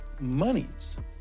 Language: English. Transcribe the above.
monies